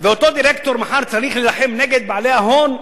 ואותו דירקטור מחר צריך להילחם נגד בעלי ההון,